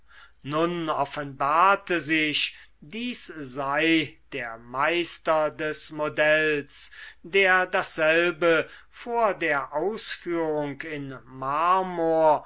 nun offenbarte sich dies sei der meister des modells der dasselbe vor der ausführung in marmor